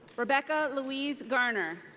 rebecca louise garner.